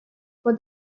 for